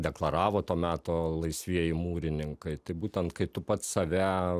deklaravo to meto laisvieji mūrininkai tai būtent kai tu pats save